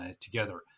together